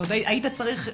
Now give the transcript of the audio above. היית צריך יותר.